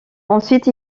ensuite